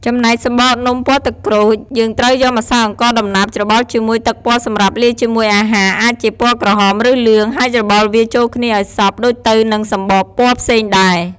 ចំណែក សំបកនំពណ៌ទឹកក្រូច យើងត្រូវយកម្សៅអង្ករដំណើប ច្របល់ជាមួយទឹកពណ៌សម្រាប់លាយជាមួយអាហារអាចជា ពណ៌ ក្រហម ឬលឿង ហើយច្របល់វាចូលគ្នាឱ្យសព្វដូចទៅនឹងសំបកពណ៌ផ្សេងដែរ។